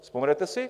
Vzpomenete si?